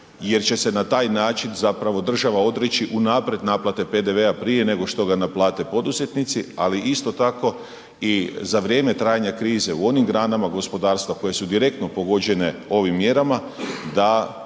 jer će se na taj način zapravo država odreći unaprijed naplate PDV-a prije nego što ga naplate poduzetnici, ali isto tako i za vrijeme trajanja krize u onim granama gospodarstva koje su direktno pogođene ovim mjerama da